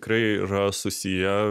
tikrai yra susiję